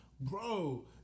Bro